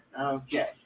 Okay